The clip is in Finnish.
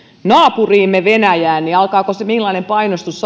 naapuriimme venäjään millainen painostus